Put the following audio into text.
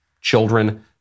children